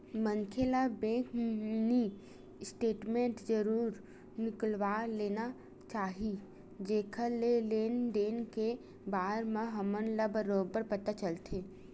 मनखे ल bank mini statement जरूर निकलवा ले चाही जेखर ले लेन देन के बार म हमन ल बरोबर पता चलथे